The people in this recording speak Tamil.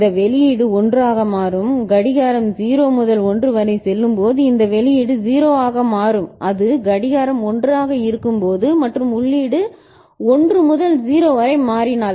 இந்த வெளியீடு 1 ஆக மாறும் கடிகாரம் 0 முதல் 1 வரை செல்லும் போது இந்த வெளியீடு 0 ஆக மாறும் அது கடிகாரம் 1 ஆக இருக்கும்போது மற்றும் உள்ளீடு 1 முதல் 0 வரை மாறினால்